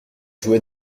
jouait